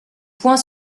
point